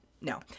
No